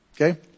Okay